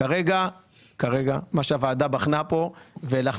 כרגע מה שהוועדה בחנה כאן ולגבי